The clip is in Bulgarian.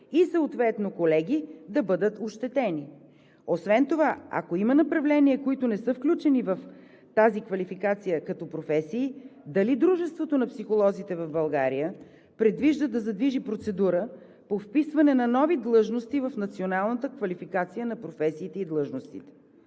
и съответно колеги да бъдат ощетени. Освен това, ако има направления, които не са включени в тази квалификация като професии, дали Дружеството на психолозите в България предвижда да задвижи процедура по вписване на нови длъжности в националната квалификация на професиите и длъжностите?